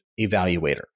evaluator